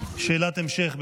אפשר שאלת המשך?